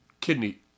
Kidney